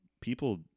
people